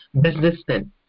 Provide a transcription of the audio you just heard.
businessman